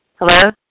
Hello